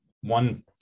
one